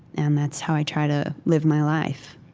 and that's how i try to live my life